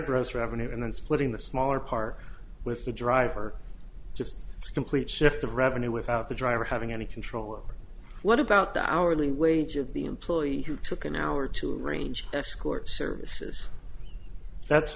gross revenue and then splitting the smaller part with the driver just it's complete shift of revenue without the driver having any control over what about the hourly wage of the employee who took an hour to arrange escort services that's